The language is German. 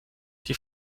die